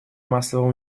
массового